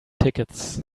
tickets